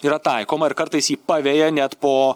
yra taikoma ir kartais ji paveja net po